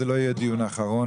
זה לא יהיה הדיון האחרון,